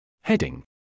Heading